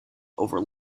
over